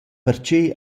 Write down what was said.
perche